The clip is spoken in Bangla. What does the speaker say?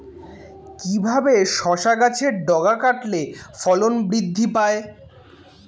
কিভাবে শসা গাছের ডগা কাটলে ফলন বৃদ্ধি পায়?